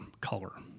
color